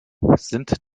sind